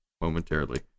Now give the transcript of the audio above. momentarily